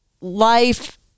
life